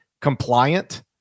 compliant